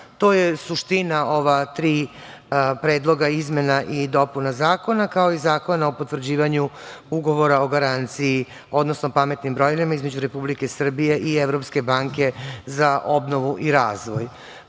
je suština ova tri predloga izmena i dopuna zakona, kao i Zakona o potvrđivanju ugovora o garanciji „pametna brojila“, između Republike Srbije i Evropske banke za obnovu i razvoj. Kako